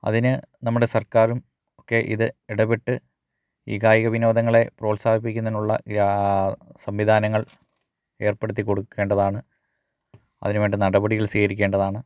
അതിന് നമ്മുടെ സർക്കാരും ഒക്കെ ഇത് ഇടപെട്ട് ഈ കായിക വിനോദങ്ങളെ പ്രോത്സാഹിപ്പിക്കുന്നതിന് ഉള്ള സംവിധാനങ്ങൾ ഏർപ്പെടുത്തി കൊടുക്കേണ്ടതാണ് അതിന് വേണ്ട നടപടികൾ സ്വീകരിക്കേണ്ടതാണ്